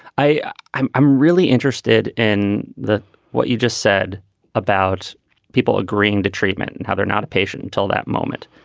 i i'm i'm really interested in the what you just said about people agreeing to treatment and how they're not a patient until that moment.